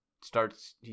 starts